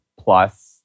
plus